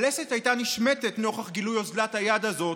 הלסת הייתה נשמטת נוכח גילוי אוזלת יד הזאת,